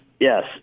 Yes